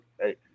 Hey